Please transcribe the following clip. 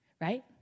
right